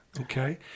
Okay